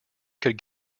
could